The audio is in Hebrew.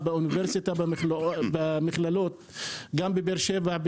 לאוניברסיטה ולמכללות בבאר שבע,